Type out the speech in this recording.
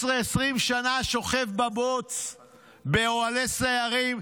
15 20 שנה שוכב בבוץ באוהלי סיירים,